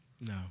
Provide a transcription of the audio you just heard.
No